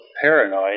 paranoid